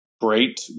Great